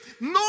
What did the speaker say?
No